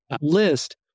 list